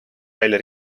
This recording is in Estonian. välja